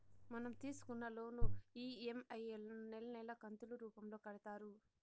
మనం తీసుకున్న loan EMI లను నెలా నెలా కంతులు రూపంలో కడతారు